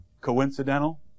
coincidental